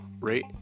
rate